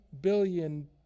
billion